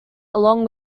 along